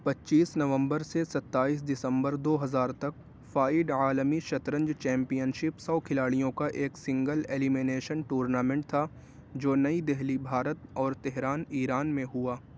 پچیس نومبر سے ستائیس دسمبر دو ہزار تک فائیڈ عالمی شطرنج چیمپئن شپ سو کھلاڑیوں کا ایک سنگل ایلیمینیشن ٹورنامینٹ تھا جو نئی دہلی بھارت اور تہران ایران میں ہوا